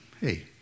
Hey